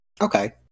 Okay